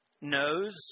knows